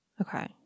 Okay